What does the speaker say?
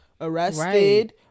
arrested